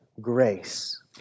grace